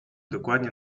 dokładnie